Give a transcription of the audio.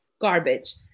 garbage